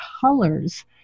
colors